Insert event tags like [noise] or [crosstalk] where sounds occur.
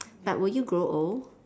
[noise] but will you grow old